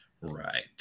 Right